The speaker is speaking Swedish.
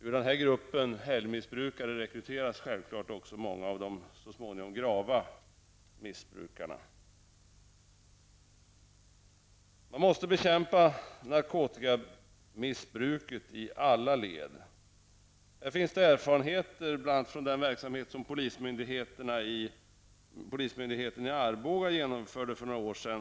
Ur denna grupp helgmissbrukare rekryteras självklart många av de så småningom grava missbrukarna. Narkotikamissbruket måste bekämpas i alla led. Här finns det erfarenheter bl.a. från den verksamhet som polismyndigheten i Arboga genomförde för några år sedan.